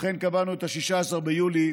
לכן קבענו את 16 ביולי